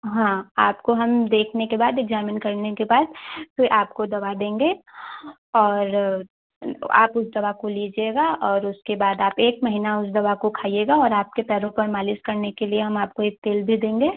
हाँ आपको हम देखने के बाद इग्जामिन करने के बाद फिर आपको दवा देंगे और आप उस दवा को लीजिएगा और उसके बाद आप एक महीना उस दवा को खाइएगा और आपके पैरों पर मालिस करने के लिए हम आपको एक तेल भी देंगे